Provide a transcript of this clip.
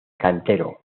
cantero